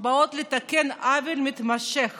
באות לתקן עוול שמתמשך